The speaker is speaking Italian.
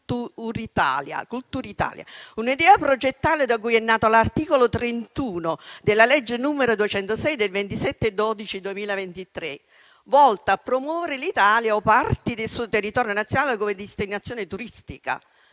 Culturitalia, un'idea da cui è nato l'articolo 31 della legge n. 206 del 27 dicembre 2023, volta a promuovere l'Italia o parti del suo territorio nazionale come destinazione turistica.